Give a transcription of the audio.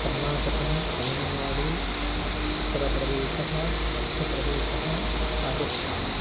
कर्नाटकं तमिळुनाडु उत्तरप्रदेशः मध्यप्रदेशः राजस्थानम्